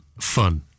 fun